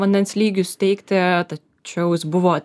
vandens lygius teikti tačiau jis buvo